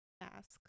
ask